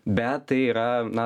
bet tai yra na